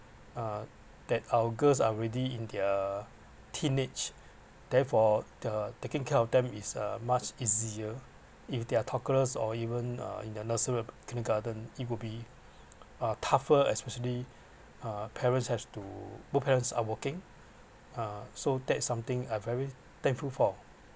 uh that ours girls are already in their teenage therefore the taking care of them is uh much easier if they’re toddlers or even uh in the nurser~ kindergarten it will be uh tougher especially uh parent have to both parents are working uh so that’s something I very thankful for